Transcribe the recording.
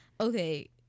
Okay